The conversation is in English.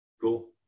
Cool